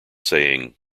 saying